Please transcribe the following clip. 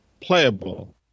playable